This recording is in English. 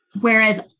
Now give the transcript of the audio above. Whereas